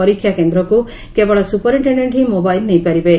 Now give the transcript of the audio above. ପରୀକ୍ଷା କେନ୍ଦ୍ରକୁ କେବଳ ସ୍ରପରିଟେଶେଣ୍ ହିଁ ମୋବାଇଲ୍ ନେଇପାରିବେ